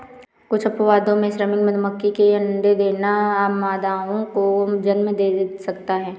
कुछ अपवादों में, श्रमिक मधुमक्खी के अंडे देना मादाओं को जन्म दे सकता है